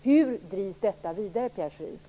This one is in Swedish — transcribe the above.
Hur drivs detta vidare, Pierre Schori?